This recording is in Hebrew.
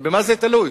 אבל במה זה תלוי?